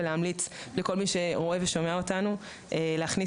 ולהמליץ לכל מי שרואה ושומע אותנו להכניס